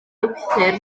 ewythr